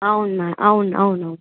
అవును మా అవును అవును